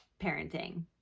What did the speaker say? parenting